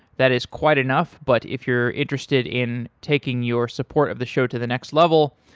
that is quite enough, but if you're interested in taking your support of the show to the next level,